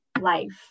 life